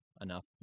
enough